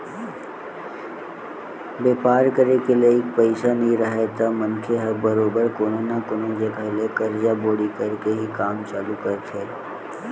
बेपार करे के लइक पइसा नइ राहय त मनखे ह बरोबर कोनो न कोनो जघा ले करजा बोड़ी करके ही काम चालू करथे